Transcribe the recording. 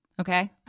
okay